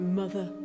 mother